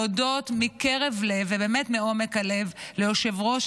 להודות מקרב לב ובאמת מעומק הלב ליושב-ראש